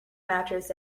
mattress